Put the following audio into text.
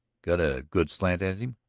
get a good slant at him?